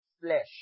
flesh